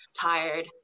tired